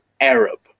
Arab